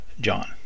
John